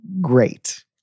great